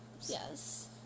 Yes